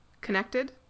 connected